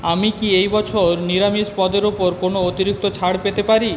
আমি কি এই বছর নিরামিষ পদের ওপর কোনো অতিরিক্ত ছাড় পেতে পারি